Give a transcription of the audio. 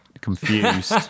confused